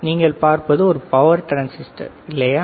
நீங்கள் பார்ப்பது ஒரு பவர் டிரான்சிஸ்டர் இல்லையா